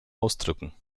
ausdrücken